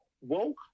WOKE